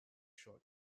short